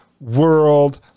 world